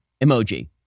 emoji